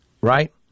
right